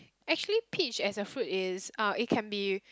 actually peach as a fruit is uh it can be